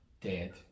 dead